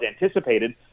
anticipated